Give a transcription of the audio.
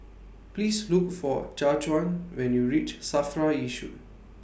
Please Look For Jajuan when YOU REACH SAFRA Yishun